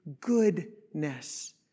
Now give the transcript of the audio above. goodness